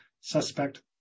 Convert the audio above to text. suspect